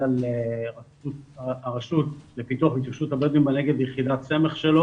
על הרשות לפיתוח והתיישבות הבדואים בנגב ויחידת סמך שלו